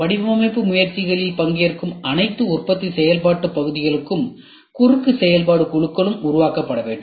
வடிவமைப்பு முயற்சிகளில் பங்கேற்கும் அனைத்து உற்பத்தி செயல்பாட்டு பகுதிகளும் குறுக்கு செயல்பாட்டு குழுக்களும் உருவாக்கப்பட வேண்டும்